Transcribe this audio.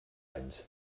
anys